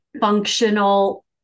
functional